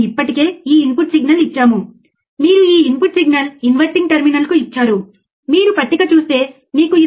operational amplifier operate చేయగల గరిష్ట frequency ఏమిటో అర్థం చేసుకోవడానికి ఇది